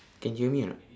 can hear me or not